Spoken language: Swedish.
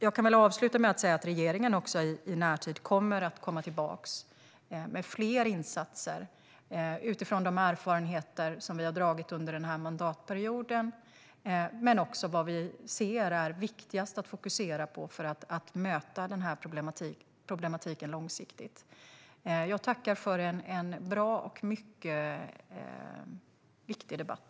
Jag kan avsluta med att säga att regeringen också i närtid kommer att komma tillbaka med fler insatser utifrån de erfarenheter som vi har dragit under den här mandatperioden och utifrån vad vi ser är viktigast att fokusera på för att möta problematiken långsiktigt. Jag tackar för en bra och mycket viktig debatt!